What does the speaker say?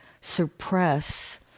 suppress